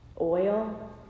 oil